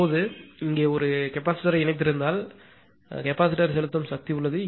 இப்போது நீங்கள் இங்கே ஒரு கெபாசிட்டர் யை இணைத்திருந்தால் கெபாசிட்டர் செலுத்தும் சக்தி உள்ளது